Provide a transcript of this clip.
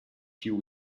few